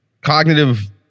cognitive